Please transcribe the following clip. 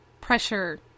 pressure